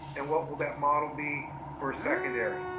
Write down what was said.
and what will that model be for a secondary?